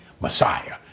Messiah